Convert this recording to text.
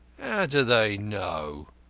do they know?